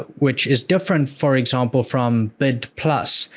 which is different for example, from bid plus,